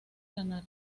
lanar